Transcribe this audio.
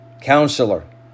Counselor